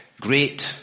Great